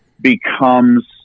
becomes